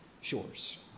shores